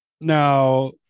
now